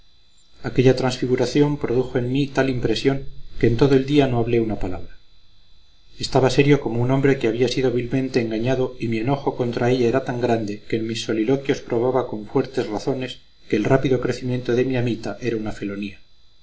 aquella transfiguración produjo en mí tal impresión que en todo el día no hablé una palabra estaba serio como un hombre que ha sido vilmente engañado y mi enojo contra ella era tan grande que en mis soliloquios probaba con fuertes razones que el rápido crecimiento de mi amita era una felonía